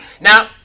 Now